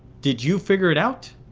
did you figure it out?